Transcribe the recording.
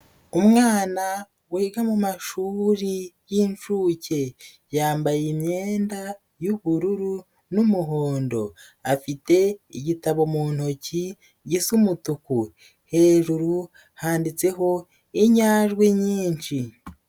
Umwana wiga mu mashuri y'inshuke yambaye imyenda y'ubururu n'umuhondo afite igitabo mu ntoki gisa umutuku, hejuru handitseho inyajwi nyinshi.